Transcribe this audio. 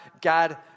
God